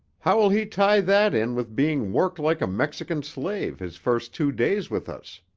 how will he tie that in with being worked like a mexican slave his first two days with us?